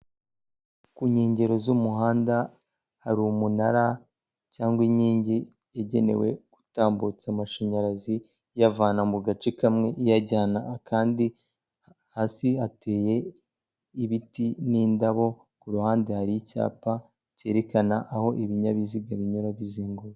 Ku nkengero z'umuhanda hari umunara cyangwa inkingi yagenewe gutambutsa amashanyarazi, iyavana mu gace kamwe iyajyana akandi, hasi hateye ibiti n'indabo, ku ruhande hari icyapa cyerekana aho ibinyabiziga binyura bizenguruka.